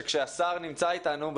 שכשהשר נמצא אתנו,